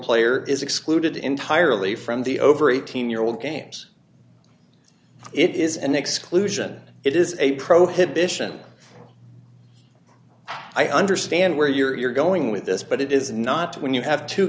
player is excluded entirely from the over eighteen year old games it is an exclusion it is a prohibit i understand where you're going with this but it is not when you have two